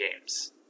Games